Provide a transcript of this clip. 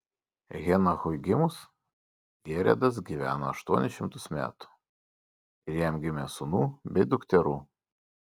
henochui gimus jeredas gyveno aštuonis šimtus metų ir jam gimė sūnų bei dukterų